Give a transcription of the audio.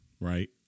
right